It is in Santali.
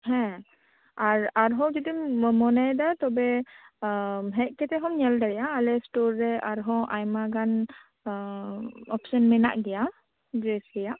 ᱦᱮᱸ ᱟᱨ ᱟᱨᱦᱚᱸ ᱡᱩᱫᱤᱢ ᱢᱚᱱᱮᱭ ᱮᱫᱟ ᱛᱚᱵᱮ ᱦᱮᱡ ᱠᱟᱛᱮᱫ ᱦᱚᱸᱢ ᱧᱮᱞ ᱫᱲᱮᱭᱟᱜᱼᱟ ᱟᱞᱮ ᱥᱴᱳᱨ ᱨᱮ ᱟᱨ ᱦᱚᱸ ᱟᱭᱢᱟ ᱜᱟᱱ ᱚᱯᱥᱮᱱ ᱢᱮᱱᱟᱜ ᱜᱮᱭᱟ ᱰᱨᱮᱥ ᱨᱮᱭᱟᱜ